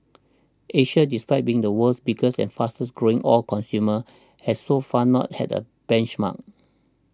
Asia despite being the world's biggest and fastest growing oil consumer has so far not had a benchmark